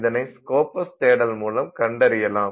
இதனை ஸ்கோபஸ் தேடல் மூலம் கண்டறியலாம்